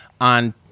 on